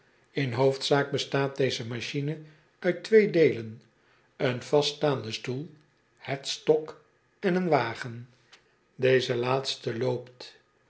potlood eel staat deze machine uit twee deelen een vaststaanden stoel h e a d s t o c k en een wagen eze laatste loopt